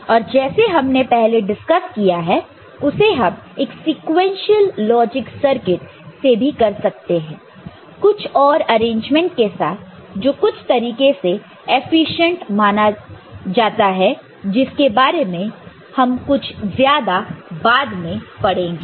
और जैसे हमने पहले डिस्कस किया है उसे हम एक सीक्वेंशियल लॉजिक सर्किट से भी कर सकते हैं कुछ और अरेंजमेंट के साथ जो कुछ तरीके से एफिशिएंट माना जाता जिसके बारे हम कुछ ज्यादा बाद में पढ़ेंगे